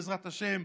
בעזרת השם,